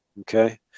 Okay